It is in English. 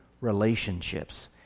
relationships